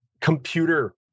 computer